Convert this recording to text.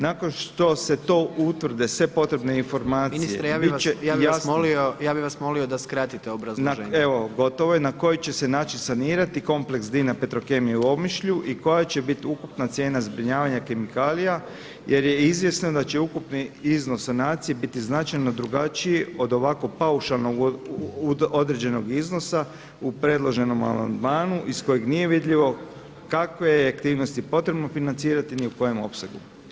Nakon što se to utvrde sve potrebne informacije biti će jasno [[Upadica Jandroković: Ministre ja bih vas molio da skratite obrazloženje.]] Evo, gotovo je, na koji će se način sanirati kompleks DINA Petrokemija u Omišlju i koja će biti ukupna cijena zbrinjavanja kemikalija jer je izvjesno da će ukupni iznos sanacije biti značajno drugačiji od ovako paušalnog određenog iznosa u predloženom amandmanu iz kojeg nije vidljivo kakve je aktivnosti potrebno financirati ni u kojem opsegu.